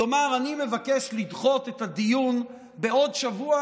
יאמר: אני מבקש לדחות את הדיון בעוד שבוע,